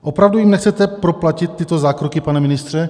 Opravdu jim nechcete proplatit tyto zákroky, pane ministře?